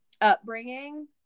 upbringing